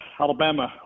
Alabama